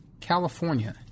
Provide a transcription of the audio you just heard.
California